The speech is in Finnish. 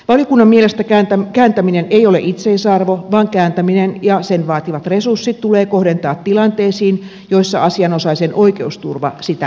valiokunnan mielestä kääntäminen ei ole itseisarvo vaan kääntäminen ja sen vaatimat resurssit tulee kohdentaa tilanteisiin joissa asianosaisen oikeusturva sitä edellyttää